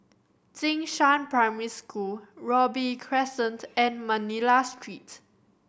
Jing Shan Primary School Robey Crescent and Manila Street